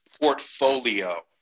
portfolio